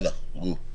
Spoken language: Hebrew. בית.